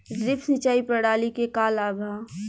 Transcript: Drip सिंचाई प्रणाली के का लाभ ह?